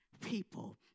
people